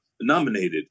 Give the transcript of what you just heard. nominated